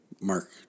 Mark